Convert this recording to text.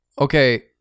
Okay